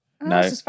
no